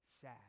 sad